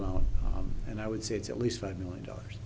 amount and i would say it's at least five million dollars